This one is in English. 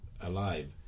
alive